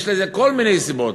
יש לזה כל מיני סיבות.